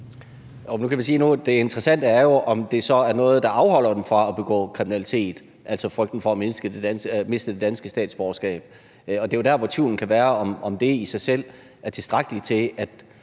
det interessante jo er, om det så er noget, der afholder dem fra at begå kriminalitet, altså frygten for at miste det danske statsborgerskab. Det er jo der, hvor tvivlen kan være, altså om det i sig selv er tilstrækkeligt til,